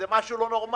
זה משהו לא נורמלי.